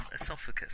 esophagus